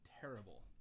terrible